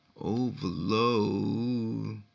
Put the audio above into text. Overload